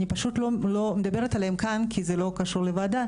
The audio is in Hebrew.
אני פשוט לא מדברת עליהם כאן כי זה לא קשור לוועדה,